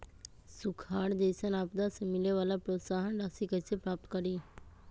सुखार जैसन आपदा से मिले वाला प्रोत्साहन राशि कईसे प्राप्त करी?